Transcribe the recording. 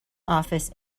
office